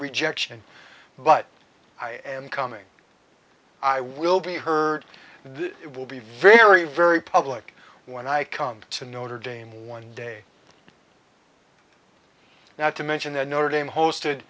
rejection but i am coming i will be heard and it will be very very public when i come to notre dame one day now to mention the notre dame hosted